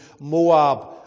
Moab